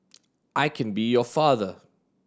I can be your father